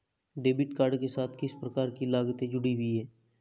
Debit card के साथ किस प्रकार की लागतें जुड़ी हुई हैं?